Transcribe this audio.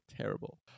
terrible